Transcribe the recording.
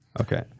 Okay